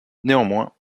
néanmoins